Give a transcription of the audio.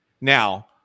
Now